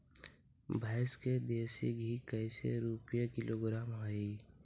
भैंस के देसी घी कैसे रूपये किलोग्राम हई?